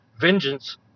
Vengeance